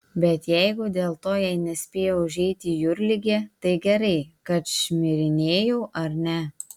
bet jeigu dėl to jai nespėjo užeiti jūrligė tai gerai kad šmirinėjau ar ne